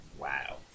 Wow